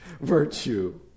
virtue